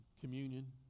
communion